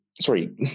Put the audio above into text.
sorry